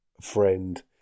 friend